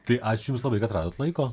tai ačiū jums labai kad radot laiko